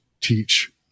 teach